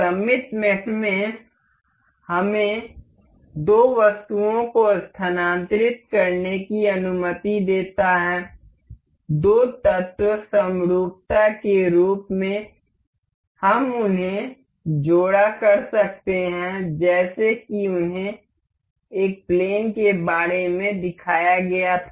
सममित मेट हमें दो वस्तुओं को स्थानांतरित करने की अनुमति देता है दो तत्व समरूपता के रूप में हम उन्हें जोड़ा कर सकते हैं जैसे कि उन्हें एक प्लेन के बारे में दिखाया गया था